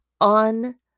On